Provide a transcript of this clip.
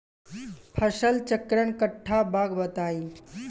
फसल चक्रण कट्ठा बा बताई?